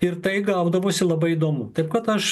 ir tai gaudavosi labai įdomu taip kad aš